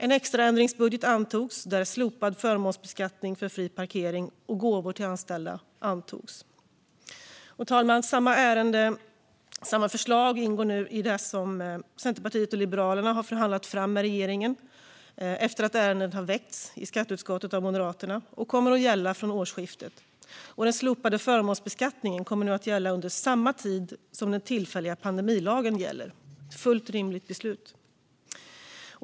En extra ändringsbudget antogs där slopad förmånsbeskattning för fri parkering och gåvor till anställda antogs. Fru talman! Samma förslag ingår nu i det som Centerpartiet och Liberalerna har förhandlat fram med regeringen efter att ärendet har väckts i skatteutskottet av Moderaterna, och det kommer att gälla från årsskiftet. Den slopade förmånsbeskattningen kommer att gälla under samma tid som den tillfälliga pandemilagen gäller. Det är ett fullt rimligt beslut.